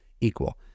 equal